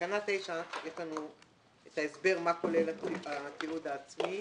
יש לנו את ההסבר מה כולל התיעוד העצמי.